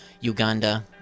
Uganda